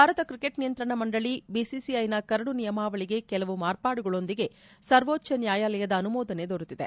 Bharat cricket ನಿಯಂತ್ರಣ ಮಂಡಳಿ ಬಿಸಿಸಿಐನ ಕರಡು ನಿಯಮಾವಳಿಗೆ ಕೆಲವು ಮಾರ್ಪಾಡುಗಳೊಂದಿಗೆ ಸರ್ವೋಚ್ಲ ನ್ನಾಯಾಲಯದ ಅನುಮೋದನೆ ದೊರೆತಿದೆ